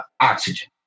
oxygen